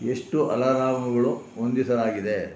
ಎಷ್ಟು ಅಲಾರಾಮ್ಗಳು ಹೊಂದಿಸಲಾಗಿದೆ